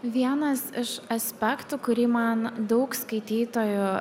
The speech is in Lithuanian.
vienas iš aspektų kurį man daug skaitytojų